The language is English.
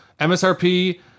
MSRP